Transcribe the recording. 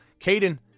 Caden